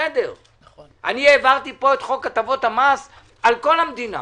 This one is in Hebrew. אני העברתי פה את חוק הטבות המס על כל המדינה